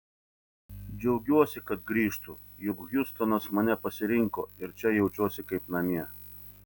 džiaugiuosi kad grįžtu juk hjustonas mane pasirinko ir čia jaučiuosi kaip namie